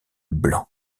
blanc